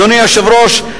אדוני היושב-ראש,